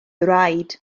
raid